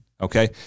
Okay